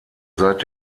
seit